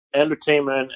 entertainment